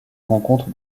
rencontre